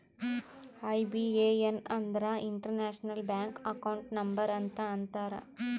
IBAN ಅಂದುರ್ international bank account number ಅಂತ ಅಂತಾರ್